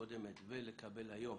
הקודמת ולקבל היום